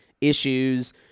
issues